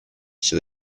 qui